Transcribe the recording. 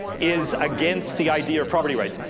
is against the idea of property rights.